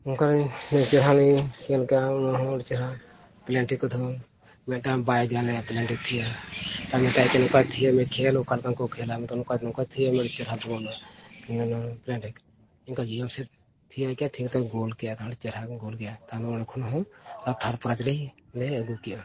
ᱚᱱᱠᱟ ᱞᱤᱧ ᱟᱹᱰᱤ ᱪᱮᱦᱨᱟ ᱞᱤᱧ ᱧᱮᱞ ᱠᱮᱜᱼᱟ ᱚᱱᱟ ᱦᱚᱸ ᱟᱹᱰᱤ ᱪᱮᱦᱨᱟ ᱯᱞᱮᱱᱴᱤ ᱠᱚᱫᱚ ᱢᱤᱫᱴᱟᱱ ᱵᱟᱭ ᱜᱟᱱ ᱞᱮᱜᱼᱟ ᱯᱞᱮᱱᱴᱤ ᱛᱷᱤᱭᱟᱹ ᱛᱟᱦᱚᱞᱮ ᱠᱷᱟᱱ ᱜᱮ ᱱᱚᱝᱠᱟ ᱛᱷᱤᱭᱟᱹᱭ ᱢᱮ ᱠᱷᱮᱞ ᱚᱠᱟ ᱞᱮᱠᱟ ᱠᱚ ᱠᱷᱮᱞᱟ ᱟᱢᱫᱚ ᱱᱚᱝᱠᱟ ᱱᱚᱝᱠᱟ ᱛᱷᱤᱭᱟᱹᱭ ᱢᱮ ᱟᱹᱰᱤ ᱪᱮᱦᱨᱟ ᱵᱚᱞᱚᱱᱟ ᱱᱚᱣᱟ ᱯᱞᱮᱱᱴᱤᱠ ᱚᱱᱠᱟ ᱡᱚᱡᱚᱢ ᱥᱮᱫ ᱛᱷᱤᱭᱟᱹ ᱞᱮᱠᱷᱟᱱ ᱛᱷᱤᱭᱟᱹ ᱛᱮ ᱜᱳᱞ ᱠᱮᱜᱼᱟ ᱡᱚᱛᱚ ᱦᱚᱲ ᱪᱮᱦᱨᱟ ᱠᱚ ᱜᱳᱞ ᱠᱮᱜᱼᱟ ᱛᱟᱦᱚᱞᱮ ᱚᱸᱰᱮ ᱠᱷᱚᱱ ᱦᱚᱸ ᱚᱱᱟ ᱛᱷᱟᱨᱰ ᱯᱨᱟᱭᱤᱡᱽ ᱨᱮ ᱞᱮ ᱟᱹᱜᱩ ᱠᱮᱜᱼᱟ